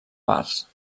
parts